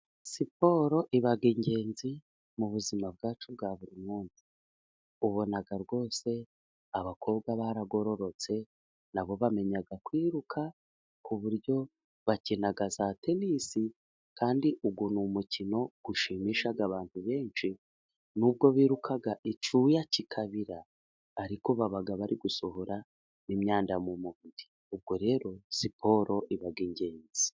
Siporo iba ingenzi mu buzima bwacu bwa buri munsi. Ubona rwose abakobwa baragororotse, nabo bamenya kwiruka, ku buryo bakina za tenisi, kandi uwo ni umukino ushimisha abantu benshi, nubwo biruka icyuya kikabira, ariko baba bari gusohora imyanda mu mubiri. Ubwo rero, siporo iba ingenzi.